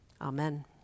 Amen